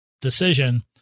decision